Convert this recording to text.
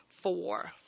four